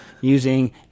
using